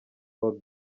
paul